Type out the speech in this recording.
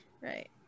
right